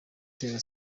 itera